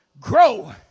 grow